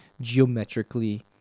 geometrically